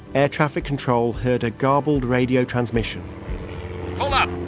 air traffic control heard a garbled radio transmission pull up.